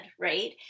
right